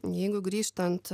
jeigu grįžtant